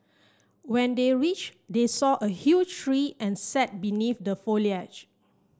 when they reached they saw a huge tree and sat beneath the foliage